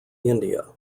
india